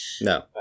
No